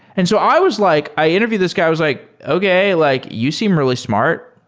and so i was like i interviewed this guy. i was like, okay. like you seem really smart.